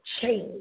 change